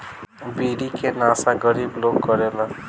बीड़ी के नशा गरीब लोग करेला